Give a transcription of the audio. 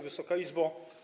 Wysoka Izbo!